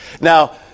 Now